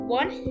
one